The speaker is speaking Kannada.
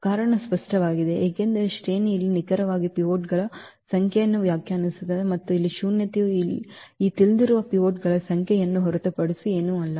ಕಾರಣ ಸ್ಪಷ್ಟವಾಗಿದೆ ಏಕೆಂದರೆ ಶ್ರೇಣಿ ಇಲ್ಲಿ ನಿಖರವಾಗಿ ಪಿವೋಟ್ಗಳ ಸಂಖ್ಯೆಯನ್ನು ವ್ಯಾಖ್ಯಾನಿಸುತ್ತದೆ ಮತ್ತು ಈ ಶೂನ್ಯತೆಯು ಈ ತಿಳಿದಿರುವ ಪಿವೋಟ್ಗಳ ಸಂಖ್ಯೆಯನ್ನು ಹೊರತುಪಡಿಸಿ ಏನೂ ಅಲ್ಲ